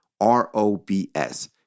R-O-B-S